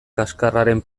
kaxkarraren